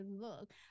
look